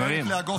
למנהלת לאה גופר,